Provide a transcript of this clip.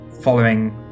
following